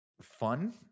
fun